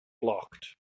blocked